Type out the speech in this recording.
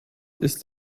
ist